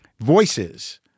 voices